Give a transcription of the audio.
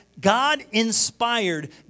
God-inspired